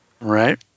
Right